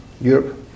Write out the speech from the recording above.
Europe